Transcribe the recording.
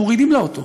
מורידים לה אותו.